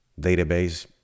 database